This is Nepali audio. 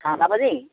खाना पनि